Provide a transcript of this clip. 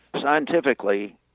Scientifically